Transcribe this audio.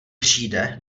přijde